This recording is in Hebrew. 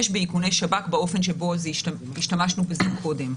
באיכוני שב"כ באופן שבו השתמשנו בזה קודם.